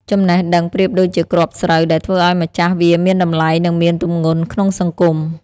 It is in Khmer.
ចំណេះដឹងប្រៀបដូចជាគ្រាប់ស្រូវ ដែលធ្វើឱ្យម្ចាស់វាមានតម្លៃ និងមានទម្ងន់ក្នុងសង្គម។